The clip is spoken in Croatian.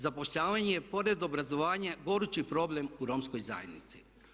Zapošljavanje je pored obrazovanja gorući problem u romskoj zajednici.